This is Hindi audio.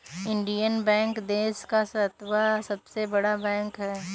इंडियन बैंक देश का सातवां सबसे बड़ा बैंक है